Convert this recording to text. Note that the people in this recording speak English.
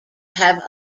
have